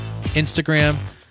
Instagram